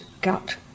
gut